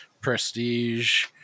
Prestige